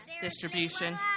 distribution